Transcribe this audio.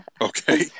Okay